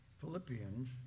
Philippians